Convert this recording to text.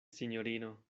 sinjorino